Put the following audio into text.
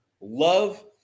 love